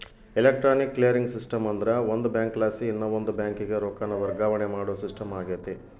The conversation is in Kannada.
ಎಲೆಕ್ಟ್ರಾನಿಕ್ ಕ್ಲಿಯರಿಂಗ್ ಸಿಸ್ಟಮ್ ಅಂದ್ರ ಒಂದು ಬ್ಯಾಂಕಲಾಸಿ ಇನವಂದ್ ಬ್ಯಾಂಕಿಗೆ ರೊಕ್ಕಾನ ವರ್ಗಾವಣೆ ಮಾಡೋ ಸಿಸ್ಟಮ್ ಆಗೆತೆ